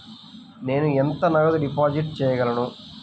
నేను ఎంత నగదు డిపాజిట్ చేయగలను?